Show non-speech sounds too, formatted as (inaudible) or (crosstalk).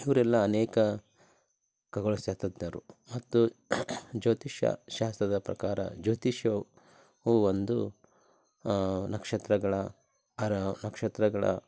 ಇವರೆಲ್ಲ ಅನೇಕ ಖಗೋಳ ಶಾಸ್ತ್ರಜ್ಞರು ಮತ್ತು ಜ್ಯೋತಿಷ್ಯ ಶಾಸ್ತ್ರದ ಪ್ರಕಾರ ಜ್ಯೋತಿಷ್ಯವು ಉ ಒಂದು ನಕ್ಷತ್ರಗಳ (unintelligible) ನಕ್ಷತ್ರಗಳ